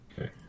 Okay